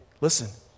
listen